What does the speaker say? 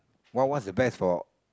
what what's the best for